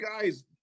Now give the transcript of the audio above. guys